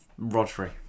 Rodri